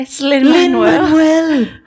Lin-Manuel